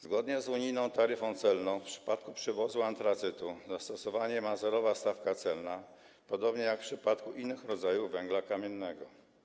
Zgodnie z unijną taryfą celną w przypadku przewozu antracytu zastosowanie ma zerowa stawka celna, podobnie jak w przypadku innych rodzajów węgla kamiennego.